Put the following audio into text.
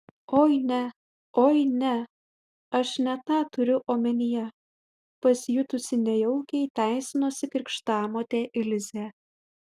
oi ne oi ne aš ne tą turiu omenyje pasijutusi nejaukiai teisinosi krikštamotė ilzė